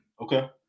Okay